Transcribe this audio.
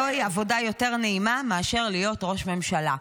זוהי עבודה יותר נעימה מאשר להיות ראש ממשלה".